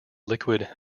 liquid